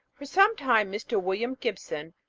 for some time mr. william gibson,